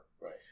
Right